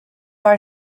are